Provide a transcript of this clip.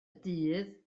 dydd